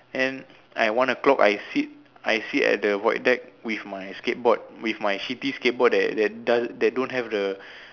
than I one o'clock I sit I sit at the void with my skateboard with my shitty skateboard that that does~ that don't have the